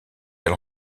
elle